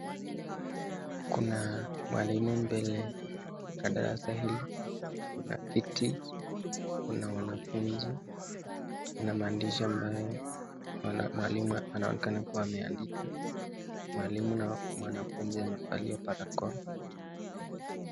Kuna mwalimu mbele ya darasa hili. Kuna kiti, Kuna wanafunzi na maandishi ambaye MWalimu anaonekana kuwa ameandika. Mwalimu na mwanafunzi amevalia barakoa.